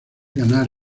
ganar